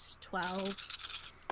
twelve